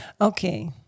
Okay